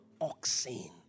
oxen